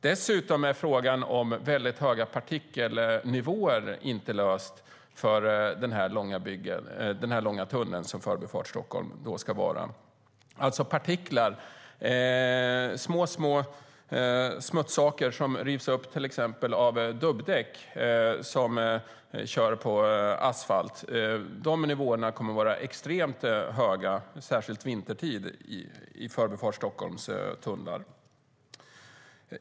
Dessutom är frågan om höga partikelnivåer inte löst för den långa tunnel som Förbifart Stockholm ska ledas i. Det handlar om små partiklar, smutssaker, som rivs upp av till exempel dubbdäck som kör på asfalt. Nivåerna av partiklar kommer att vara extremt höga, särskilt vintertid, i Förbifart Stockholms tunnlar.